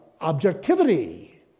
objectivity